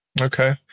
Okay